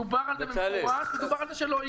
דובר על זה במפורש ודובר על זה שלא ייקחו.